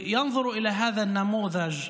להסתכל על הדוגמה הזאת,